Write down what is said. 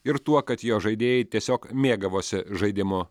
ir tuo kad jo žaidėjai tiesiog mėgavosi žaidimu